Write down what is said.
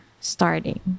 starting